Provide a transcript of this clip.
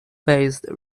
based